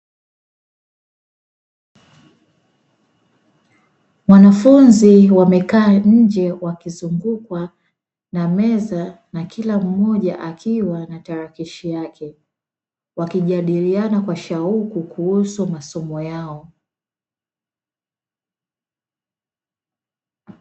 Wanafunzi wamekaa nje wakizungukwa na meza na kila mmoja akiwa na tarakishi yake, wakijadiliana kwa shauku kuhusu masomo yao.